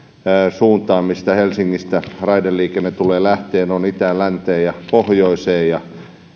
mihin helsingistä raideliikenne tulee lähtemään ne ovat itään länteen ja pohjoiseen ja